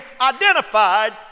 identified